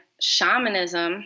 shamanism